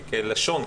כלשון,